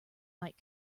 might